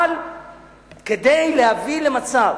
אבל כדי להביא למצב